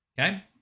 Okay